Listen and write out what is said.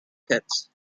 cut